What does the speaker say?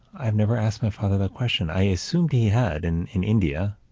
i've never asked my father the question i assumed he had and in india,